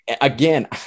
Again